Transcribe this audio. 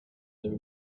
their